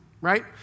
right